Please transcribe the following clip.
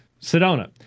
Sedona